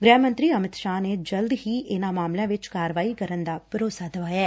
ਗੁਹਿ ਮੰਤਰੀ ਅਮਿਤ ਸ਼ਾਹ ਨੇ ਜਲਦ ਇਨਾਂ ਮਾਮਲਿਆਂ ਵਿਚ ਕਾਰਵਾਈ ਕਰਨ ਦਾ ਭਰੋਸਾ ਦਵਾਇਆ